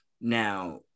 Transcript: Now